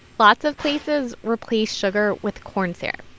lots of places replace sugar with corn syrup.